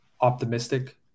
optimistic